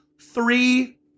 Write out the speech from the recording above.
three